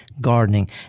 gardening